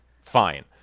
Fine